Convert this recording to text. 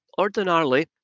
ordinarily